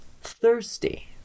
thirsty